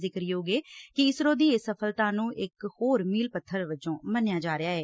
ਜ਼ਿਕਰਯੋਗ ਏ ਕਿ ਈਸ਼ਰੋ ਦੀ ਇਸ ਸਫਲਤਾ ਨੁੰ ਇਕ ਹੋਰ ਮੀਲ ਪੱਥਰ ਮੰਨਿਆ ਜਾ ਰਿਹਾ ਏ